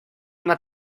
una